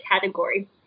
category